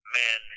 men